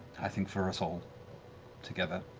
i think, for us all together.